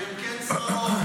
כי הם קן צרעות.